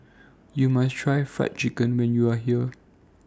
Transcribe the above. YOU must Try Fried Chicken when YOU Are here